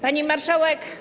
Pani Marszałek!